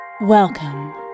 Welcome